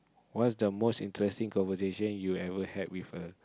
what is the most interesting conversation that you had with a